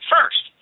First